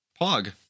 Pog